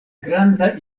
granda